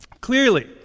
Clearly